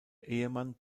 ehemann